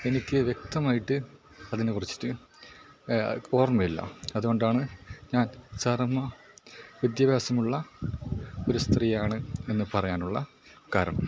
എനിക്ക് വ്യക്തമായിട്ട് അതിനെ കുറിച്ചിട്ട് ഓർമ്മയില്ല അതുകൊണ്ടാണ് ഞാൻ സാറമ്മ വിദ്യാഭ്യാസമുള്ള ഒരു സ്ത്രീയാണ് എന്ന് പറയാനുള്ള കാരണം